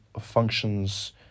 functions